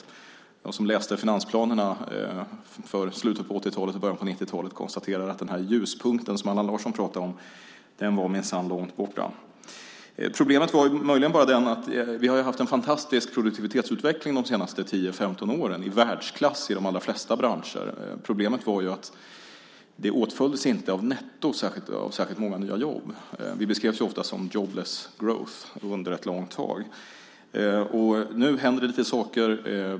Men de som läst finansplanerna för slutet av 1980-talet och i början av 1990-talet konstaterar att den ljuspunkt som Allan Larsson pratade om minsann var långt borta. Vi har haft en fantastisk produktivitetsutveckling under de senaste 10-15 åren - en utveckling i världsklass i de allra flesta branscher. Problemet var att den inte åtföljdes av netto särskilt många nya jobb. Vi beskrevs ofta som jobless growth under ett långt tag. Nu händer det lite saker.